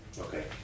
Okay